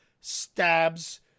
stabs